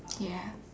ya